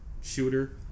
shooter